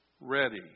Ready